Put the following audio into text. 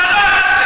חצוף, חוצפן.